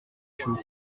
chaud